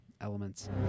elements